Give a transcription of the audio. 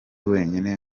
wenyine